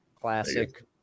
Classic